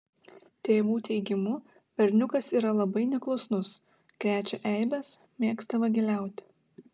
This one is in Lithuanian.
tėvų teigimu berniukas yra labai neklusnus krečia eibes mėgsta vagiliauti